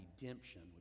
redemption